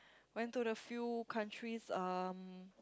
went to the few countries um